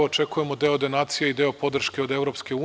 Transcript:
Očekujemo deo donacije i deo podrške od EU.